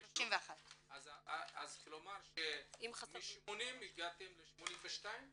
כלומר מ-80 הגעתם ל-82?